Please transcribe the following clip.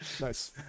Nice